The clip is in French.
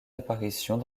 apparitions